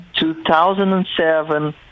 2007